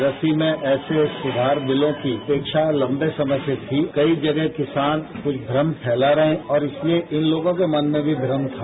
कृषि में ऐसे सुधार बिलों की अपेक्षा लंबे समय से थी कई जगह किसान कुछ भ्रम फैला रहे हैं और इसलिये इन लोगों के मन में भी भ्रम था